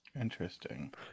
interesting